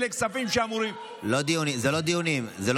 אלה כספים שאמורים, אבל זה לא קיצוץ.